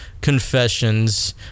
confessions